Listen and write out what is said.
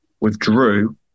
withdrew